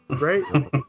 right